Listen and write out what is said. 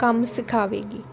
ਕੰਮ ਸਿਖਾਵੇਗੀ